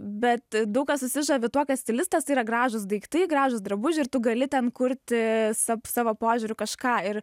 bet daug kas susižavi tuo kad stilistas yra gražūs daiktai gražūs drabužiai ir tu gali ten kurti sa savo požiūriu kažką ir